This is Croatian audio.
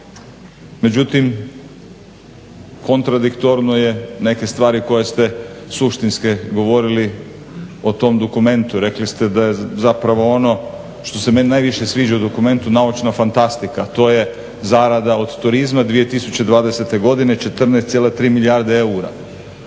međutim kontradiktorno je neke stvari koje ste suštinski govorili o tom dokumentu, rekli ste da je zapravo ono što se meni najviše sviđa u dokumentu naučna fantastika, to je zarada od turizma 2020. godine 14,3 milijarde eura,